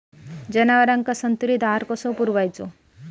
जनावरांका संतुलित आहार कसो पुरवायचो?